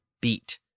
beat